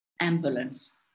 ambulance